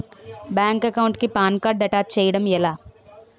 Bank account కి PAN card attach చేయడం ఎలా?